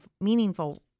meaningful